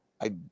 I